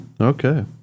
Okay